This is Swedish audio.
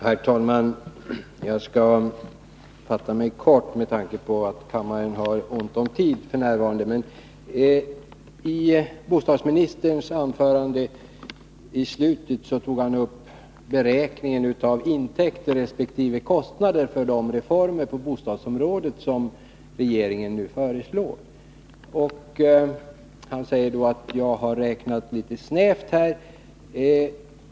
Herr talman! Jag skall fatta mig kort med tanke på att kammaren har ont om tid f. n. I slutet av bostadsministerns anförande tog han upp beräkningen av intäkter resp. kostnader för de reformer på bostadsområdet som regeringen nu föreslår. Han säger att jag har räknat litet snävt.